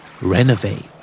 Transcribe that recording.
Renovate